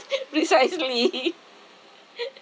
precisely